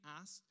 asked